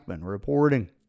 reporting